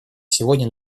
сегодня